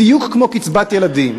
בדיוק כמו קצבת ילדים.